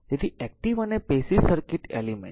તેથી એક્ટીવ અને passive circuit element